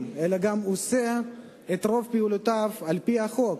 אלא גם עושה את רוב פעולותיו על-פי החוק,